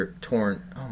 torn